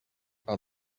are